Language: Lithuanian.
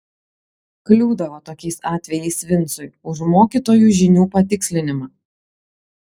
kliūdavo tokiais atvejais vincui už mokytojų žinių patikslinimą